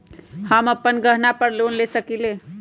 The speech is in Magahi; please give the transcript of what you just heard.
हम अपन गहना पर लोन ले सकील?